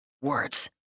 Words